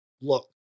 Look